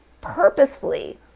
purposefully